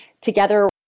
Together